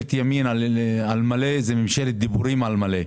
ממשלת ימין על מלא זו ממשלת דיבורים על מלא.